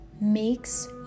makes